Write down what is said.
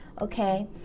okay